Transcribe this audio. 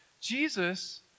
Jesus